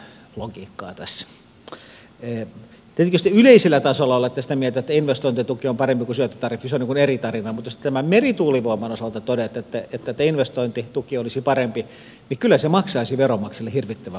tietenkin jos te yleisellä tasolla olette sitä mieltä että investointituki on parempi kuin syöttötariffi se on eri tarina mutta jos te tämän merituulivoiman osalta toteatte että investointituki olisi parempi niin kyllä se maksaisi veronmaksajille hirvittävän paljon lisää